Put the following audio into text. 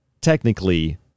Technically